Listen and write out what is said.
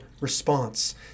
response